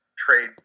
Trade